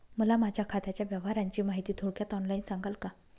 मला माझ्या खात्याच्या व्यवहाराची माहिती थोडक्यात ऑनलाईन सांगाल का?